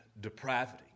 depravity